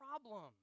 problem